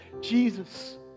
Jesus